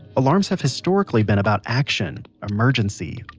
alarms have historically been about action, emergency,